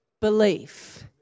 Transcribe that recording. belief